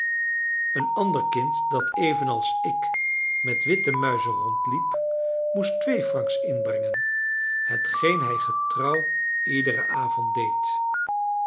een ander kind dat evenals ik met witte muizen rondliep moest twee francs inbrengen hetgeen hij getrouw iederen avond deed